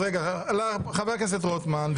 חבר הכנסת רוטמן,